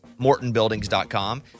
mortonbuildings.com